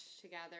together